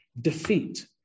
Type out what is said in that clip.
defeat